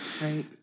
right